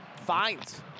finds